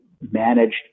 managed